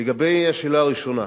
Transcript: לגבי השאלה הראשונה,